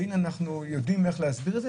והינה, אנחנו יודעים להסביר את זה.